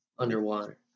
Underwater